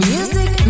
Music